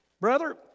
Brother